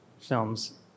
films